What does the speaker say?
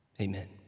Amen